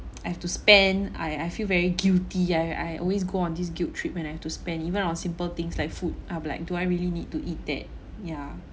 I have to spend I I feel very guilty I I always go on this guilt treatment I have to spend even on simple things like food I would like do I really need to eat that yeah